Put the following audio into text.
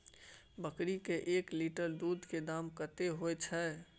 बकरी के एक लीटर दूध के दाम कतेक होय छै?